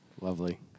Lovely